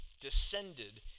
descended